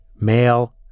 Male